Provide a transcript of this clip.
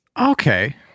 Okay